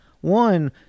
one